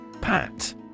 Pat